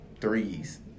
threes